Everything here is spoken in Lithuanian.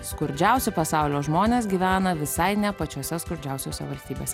skurdžiausi pasaulio žmonės gyvena visai ne pačiose skurdžiausiose valstybėse